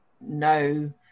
no